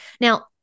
Now